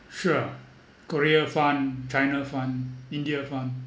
sure Korea fund China fund India fund